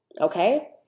Okay